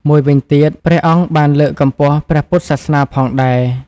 មួយវិញទៀត ព្រះអង្គក៏បានលើកកម្ពស់ព្រះពុទ្ធសាសនាផងដែរ។